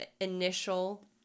initial